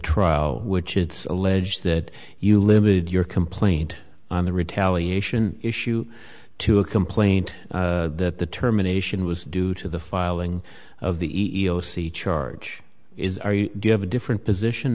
trial which it's alleged that you limited your complaint on the retaliation issue to a complaint that the terminations was due to the filing of the e e o c charge is are you do you have a different position